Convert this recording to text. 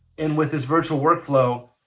and with this virtual workflow,